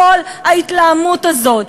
כל ההתלהמות הזאת,